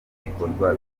bikorwa